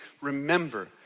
remember